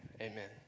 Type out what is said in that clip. amen